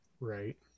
right